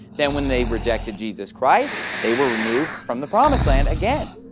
then when they rejected jesus christ, they were removed from the promised land again,